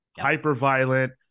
hyper-violent